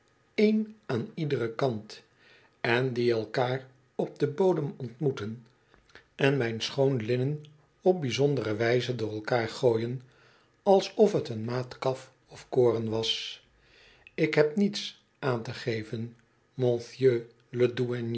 een aan iederen kant en die elkaar op den bodem ontmoeten en mijn schoon linnen op bijzondere wijze door elkaar gooien alsof t een maat kaf of koren was ik heb niets aan te geven